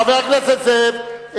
חבר הכנסת זאב.